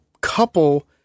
couple